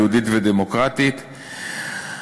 'יהודית' ו'דמוקרטית',